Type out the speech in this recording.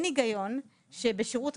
הדבר הזה גרם לצמצום של תוספות בבסיס השכר,